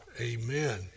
Amen